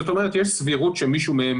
זאת אומרת, יש סבירות שמישהו מהם